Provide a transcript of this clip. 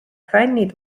fännid